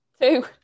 Two